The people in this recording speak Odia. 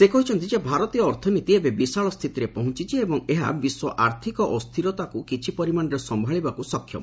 ସେ କହିଛନ୍ତି ଯେ ଭାରତୀୟ ଅର୍ଥନୀତି ଏବେ ବିଶାଳ ସ୍ଥିତିରେ ପହଞ୍ଚିଛି ଏବଂ ଏହା ବିଶ୍ୱ ଆର୍ଥିକ ଅସ୍ଥିରତାକୁ କିଛି ପରିମାଣରେ ସମ୍ଭାଳିବାକୁ ସକ୍ଷମ